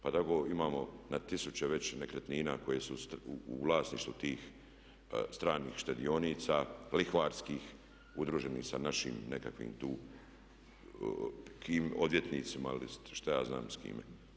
Pa tako imamo na tisuće već nekretnina koje su u vlasništvu tih stranih štedionica, lihvarskih udruženih sa našim nekakvim tim odvjetnicima ili šta ja znam s kime.